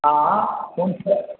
ہاں کون سے